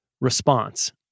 response